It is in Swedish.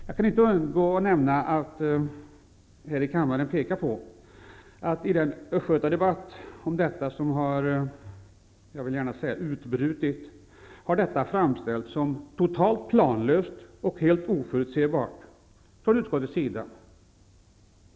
Jag kan inte undgå att peka på att detta i den Östgötadebatt som har utbrutit har framställts som ett totalt planlöst och helt oförutsebart förslag från utskottets sida.